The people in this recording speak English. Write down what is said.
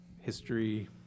history